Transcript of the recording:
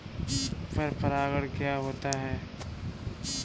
पर परागण क्या होता है?